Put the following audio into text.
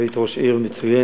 היית ראש עיר מצוינת,